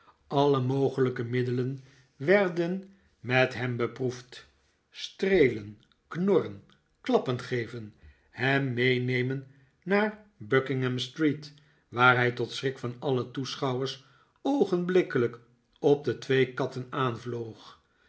alle mogelijke middelen werden met hem beproefd streelen knorren klappen geven hem meenemen naar buckingham street waar hij tot schrik van alle toeschouwers oogenblikkelijk op de twee katten aanvloog